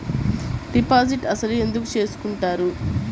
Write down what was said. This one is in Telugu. డిపాజిట్ అసలు ఎందుకు చేసుకుంటారు?